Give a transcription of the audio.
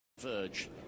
Verge